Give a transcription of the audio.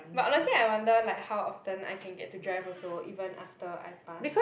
but honesty I wonder like how often I can get to drive also even after I pass